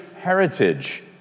heritage